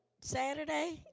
saturday